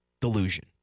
delusion